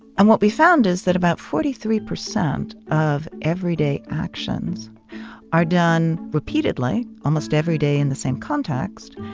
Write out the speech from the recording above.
and what we found is that about forty three percent of everyday actions are done repeatedly, almost every day in the same context.